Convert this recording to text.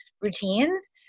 routines